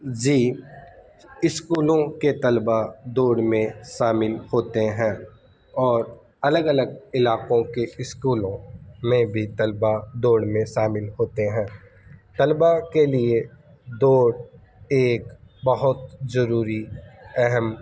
جی اسکولوں کے طلبہ دوڑ میں سامل ہوتے ہیں اور الگ الگ علاقوں کے اسکولوں میں بھی طلبہ دوڑ میں شامل ہوتے ہیں طلبہ کے لیے دوڑ ایک بہت ضروری اہم